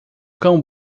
cão